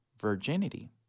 virginity